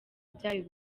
byayo